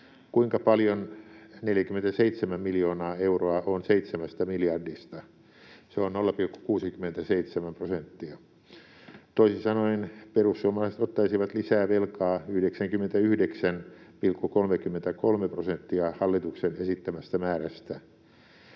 Kuinka paljon 47 miljoonaa euroa on 7 miljardista? Se on 0,67 prosenttia. Toisin sanoen perussuomalaiset ottaisivat lisää velkaa 99,33 prosenttia hallituksen esittämästä määrästä.